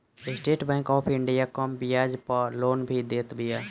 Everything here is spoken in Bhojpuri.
स्टेट बैंक ऑफ़ इंडिया कम बियाज पअ लोन भी देत बिया